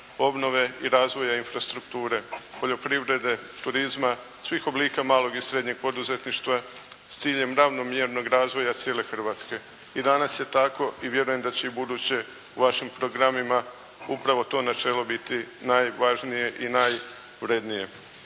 obnove i razvoja infrastrukture, poljoprivrede, turizma, svih oblika malog i srednjeg poduzetništva s ciljem ravnomjernog razvoja cijele Hrvatske i danas je tako i vjerujem da će i ubuduće u vašim programima upravo to načelo biti najvažnije i najvrednije.